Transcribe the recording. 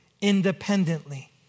independently